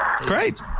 Great